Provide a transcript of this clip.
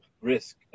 risk